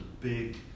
big